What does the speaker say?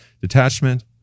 detachment